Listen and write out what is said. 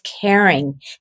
caring